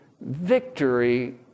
victory